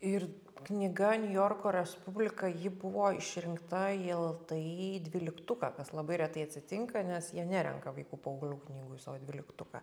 ir knyga niujorko respublika ji buvo išrinkta į el el tė i dvyliktuką kas labai retai atsitinka nes jie nerenka vaikų paauglių knygų į savo dvyliktuką